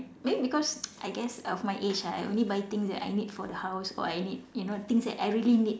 maybe because I guess of my age ah I only buy things that I need for the house or I need you know things that I really need